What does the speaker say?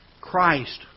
Christ